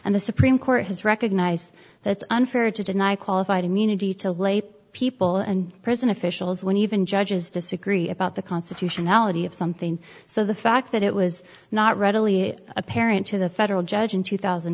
and the supreme court has recognized that it's unfair to deny qualified immunity to lay people and prison officials when even judges disagree about the constitutionality of something so the fact that it was not readily apparent to the federal judge in two thousand